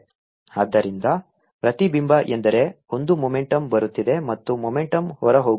35×10 6 N ಆದ್ದರಿಂದ ಪ್ರತಿಬಿಂಬ ಎಂದರೆ ಒಂದು ಮೊಮೆಂಟುಮ್ ಬರುತ್ತಿದೆ ಮತ್ತು ಮೊಮೆಂಟುಮ್ ಹೊರಹೋಗುತ್ತಿದೆ